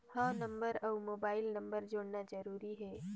हव नंबर अउ mobile number जोड़ना जरूरी हे?